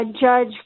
Judge